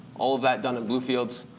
all that done in blue fields.